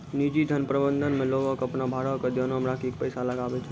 निजी धन प्रबंधन मे लोगें अपनो भारो के ध्यानो मे राखि के पैसा लगाबै छै